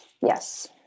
Yes